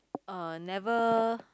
uh never